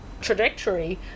trajectory